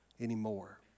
anymore